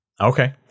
Okay